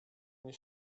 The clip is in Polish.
mnie